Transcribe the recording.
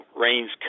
rains